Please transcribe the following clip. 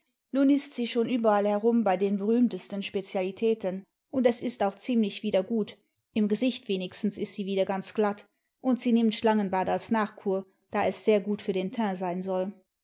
nun ist sie schon überall herum bei den be rühmtesten spezialitäten und es ist auch ziemlich wieder gut im gesicht wenigstens ist sie wieder ganz glatt und sie nimmt schlangenbad als nachkur da es sehr gut für den teint sein soll